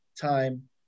time